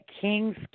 King's